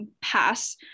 Pass